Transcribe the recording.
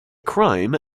crime